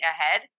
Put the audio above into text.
ahead